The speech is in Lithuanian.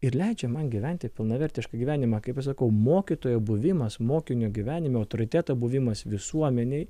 ir leidžia man gyventi pilnavertišką gyvenimą kaip sakau mokytojo buvimas mokinio gyvenime autoriteto buvimas visuomenėj